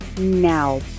Now